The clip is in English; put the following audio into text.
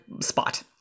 spot